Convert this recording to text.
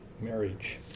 marriage